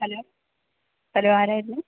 hello hello ആരായിരുന്നു